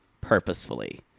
purposefully